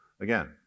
Again